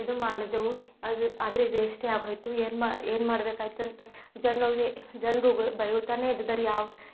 ಇದು ಮಾಡಿದೆವು ಅದು ಆದರೆ ವೇಷ್ಟೇ ಆಗೋಯಿತು ಏನು ಮಾ ಏನು ಮಾಡ್ಬೇಕಾಯ್ತು ಅಂತ ಜನರು ಉಗ್ಳಿ ಬೈಯುತ್ತಲೇ ಇದ್ದಿದ್ದರು ಯಾವ